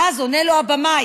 ואז עונה לו הבמאי: